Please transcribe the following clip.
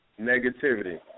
negativity